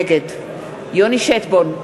נגד יוני שטבון,